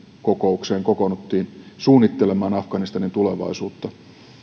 kokoukseen kokoonnuttiin suunnittelemaan afganistanin tulevaisuutta